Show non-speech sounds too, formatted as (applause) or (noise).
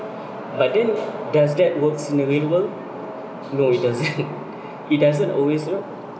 but then does that work in the real world no it doesn't (laughs) it doesn't always you know